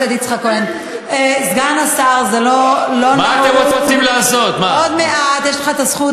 החינוך אבי וורצמן, אתה עוד מעט משיב.